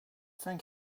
thank